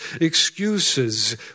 excuses